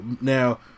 now